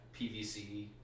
PVC